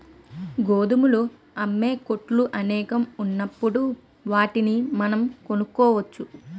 గోధుమలు అమ్మే కొట్లు అనేకం ఉన్నప్పుడు వాటిని మనం కొనుక్కోవచ్చు